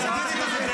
אמרת מה שאמרת,